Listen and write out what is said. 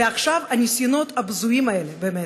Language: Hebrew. ועכשיו, הניסיונות הבזויים האלה, באמת,